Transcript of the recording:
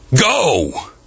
Go